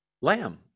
lamb